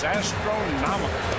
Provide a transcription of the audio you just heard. astronomical